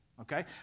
Okay